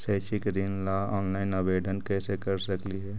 शैक्षिक ऋण ला ऑनलाइन आवेदन कैसे कर सकली हे?